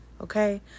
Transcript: okay